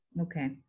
Okay